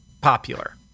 popular